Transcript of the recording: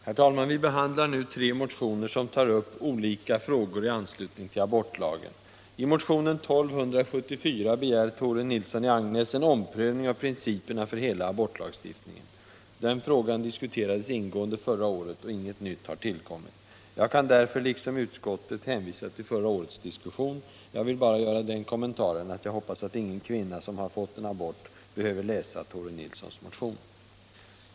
Herr talman! Vi behandlar nu tre motioner som tar upp olika frågor i anslutning till abortlagen. I motionen 1274 begär Tore Nilsson i Agnäs en omprövning av principerna för hela abortlagstiftningen. Den frågan diskuterades ingående förra året, och inget nytt har tillkommit. Jag kan därför — liksom utskottet — hänvisa till förra årets diskussion. Jag vill bara göra den kommentaren, att jag hoppas att ingen kvinna som har fått en abort behöver läsa Tore Nilssons motion.